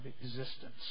existence